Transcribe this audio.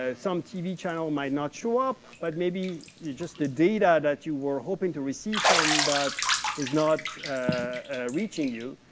ah some tv channel might not show up, but maybe just the data that you were hoping to receive from that is not reaching you.